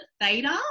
theta